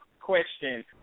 question